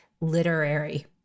literary